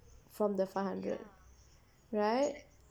from the five hundred